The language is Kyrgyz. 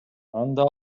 анда